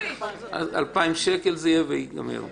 זה יהיה 2,000 שקל וייגמר.